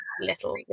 little